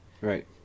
Right